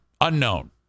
unknown